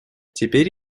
теперь